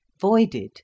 voided